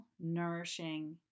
nourishing